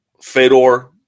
Fedor